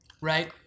Right